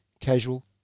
casual